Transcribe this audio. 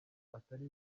atari